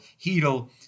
Heedle